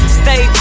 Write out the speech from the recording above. stay